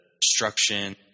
destruction